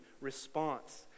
response